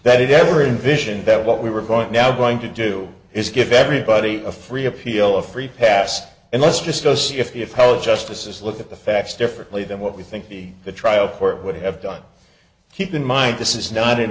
that it never envisioned that what we were going now going to do is give everybody a free appeal a free pass and let's just go see if how the justices look at the facts differently than what we think the the trial court would have done keep in mind this is not an